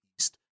East